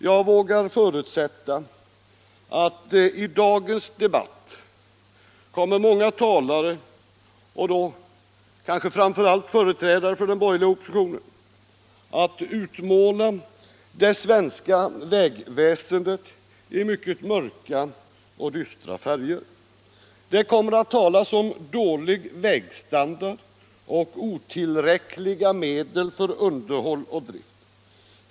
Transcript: Jag vågar förutsätta att många talare i dagens debatt — och då framför allt företrädare för den borgerliga oppositionen — kommer att utmåla det svenska vägväsendet i mycket mörka och dystra färger. Det kommer att talas om dålig vägstandard och otillräckliga medel för underhåll och drift.